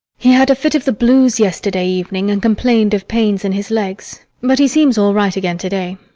he had a fit of the blues yesterday evening and complained of pains in his legs, but he seems all right again to-day.